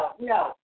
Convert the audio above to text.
no